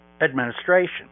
Administration